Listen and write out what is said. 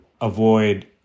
avoid